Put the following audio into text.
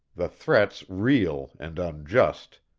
the threats real and unjust,